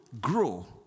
grow